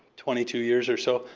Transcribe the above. twenty two years or so.